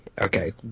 okay